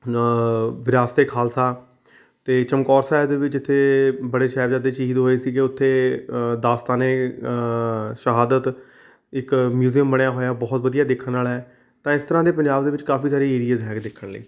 ਵਿਰਾਸਤ ਏ ਖਾਲਸਾ ਅਤੇ ਚਮਕੌਰ ਸਾਹਿਬ ਦੇ ਵਿੱਚ ਜਿੱਥੇ ਬੜੇ ਸਾਹਿਬਜ਼ਾਦੇ ਸ਼ਹੀਦ ਹੋਏ ਸੀਗੇ ਉੱਥੇ ਅ ਦਾਸਤਾਨ ਏ ਸ਼ਹਾਦਤ ਇੱਕ ਮਿਊਜ਼ੀਅਮ ਬਣਿਆ ਹੋਇਆ ਬਹੁਤ ਵਧੀਆ ਦੇਖਣ ਵਾਲਾ ਹੈ ਤਾਂ ਇਸ ਤਰ੍ਹਾਂ ਦੇ ਪੰਜਾਬ ਦੇ ਵਿੱਚ ਕਾਫੀ ਸਾਰੇ ਏਰੀਅਸ ਹੈਗੇ ਦੇਖਣ ਲਈ